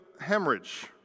hemorrhage